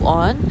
on